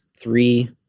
three